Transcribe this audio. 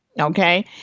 Okay